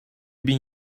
bin